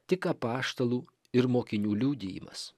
tik apaštalų ir mokinių liudijimas